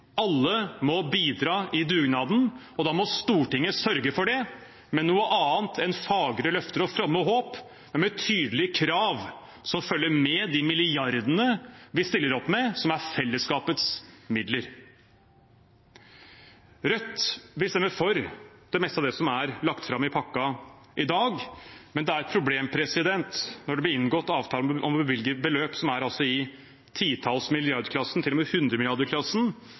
Alle må bidra i dugnaden, og da må Stortinget sørge for det med noe annet enn fagre løfter og fromme håp. Det må være tydelige krav som følger med de milliardene vi stiller opp med, og som er fellesskapets midler. Rødt vil stemme for det meste av det som er lagt fram i pakken i dag, men det er et problem når det blir inngått avtaler om å bevilge beløp som er i titalls